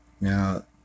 now